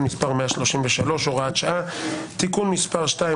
מס' 133 הוראת שעה) (תיקון מס' 2),